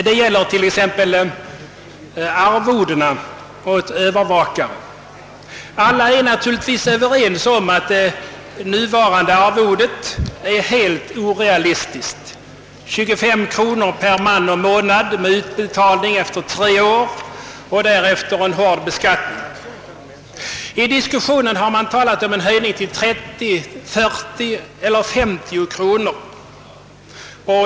Det gäller t.ex. arvodena åt övervakare. Alla är naturligtvis överens om att nuvarande arvode, 25 kronor per man och månad med utbetalning efter tre år och därefter hård beskattning, är helt orealistiskt. I diskussionen har man talat om en höjning till 30, 40 eller 50 kronor.